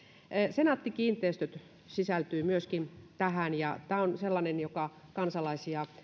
senaatti kiinteistöt sisältyy myöskin tähän ja tämä on sellainen joka kansalaisia